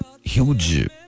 huge